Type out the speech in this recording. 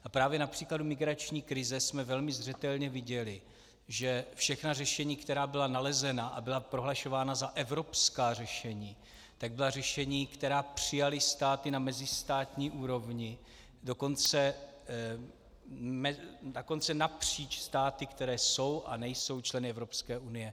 A právě na příkladu migrační krize jsme velmi zřetelně viděli, že všechna řešení, která byla nalezena a byla prohlašována za evropská řešení, byla řešení, která přijaly státy na mezistátní úrovni, dokonce napříč státy, které jsou a nejsou členy Evropské unie.